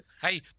Hey